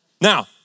Now